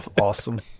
awesome